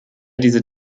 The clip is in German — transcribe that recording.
diese